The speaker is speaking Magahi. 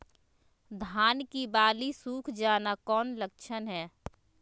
धान की बाली सुख जाना कौन लक्षण हैं?